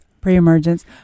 Pre-emergence